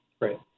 Right